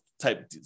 type